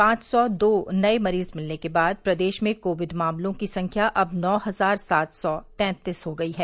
पांव सौ दो नए मरीज मिलने के बाद प्रदेश ा में कोविड मामलों की संख्या नौ हजार सात सौ तैतीस हो गयी है